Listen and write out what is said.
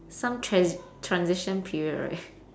some trans~ transition period right